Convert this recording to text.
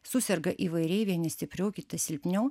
suserga įvairiai vieni stipriau kiti silpniau